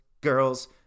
girls